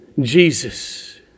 Jesus